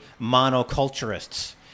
monoculturists